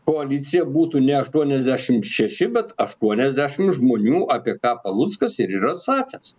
koalicija būtų ne aštuoniasdešim šeši bet aštuoniasdešim žmonių apie ką paluckas ir yra sakęs